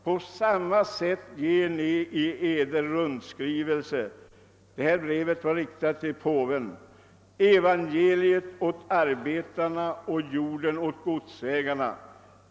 På samma sätt ger ni i eder rundskrivelse evangeliet åt arbetarna och jorden åt godsägarna.